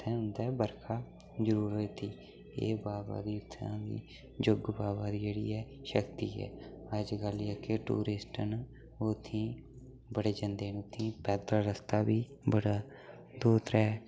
उ'त्थें उ'न्दे बरखा जरूर होई दी एह् बावा दी उ'त्थें जुग्ग बावा दी जेह्ड़ी ऐ शक्ति ऐ अज्जकल जेह्के टूरिस्ट न ओह् उ'त्थें ई बड़े जन्दे न उ'त्थें ई पैदल रस्ता बी बड़ा दो त्रै घैंटे